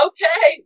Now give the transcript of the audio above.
Okay